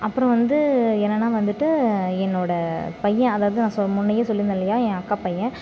அப்புறம் வந்து என்னன்னால் வந்துட்டு என்னோடய பையன் அதாவது நான் சொ முன்னேயே சொல்லியிருந்தேன் இல்லையா என் அக்கா பையன்